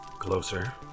Closer